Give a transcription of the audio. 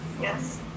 Yes